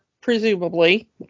presumably